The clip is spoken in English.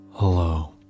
Hello